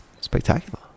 spectacular